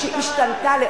עד שהיא תעלה אני אסיים.